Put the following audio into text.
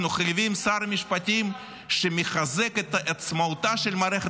אנחנו חייבים שר משפטים שמחזק את עצמאותה של מערכת